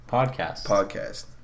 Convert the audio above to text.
Podcast